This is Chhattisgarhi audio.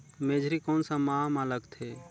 मेझरी कोन सा माह मां लगथे